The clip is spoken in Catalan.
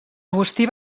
agustí